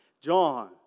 John